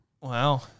Wow